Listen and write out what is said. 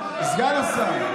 אביר, סגן השר.